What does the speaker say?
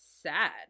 sad